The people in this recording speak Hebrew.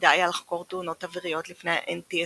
שתפקידה היה לחקור תאונות אוויריות לפני ה-NTSB.